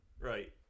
Right